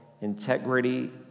integrity